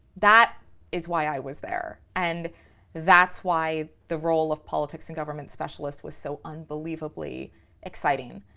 that is why i was there and that's why the role of politics and government specialists was so unbelievably exciting,